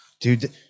dude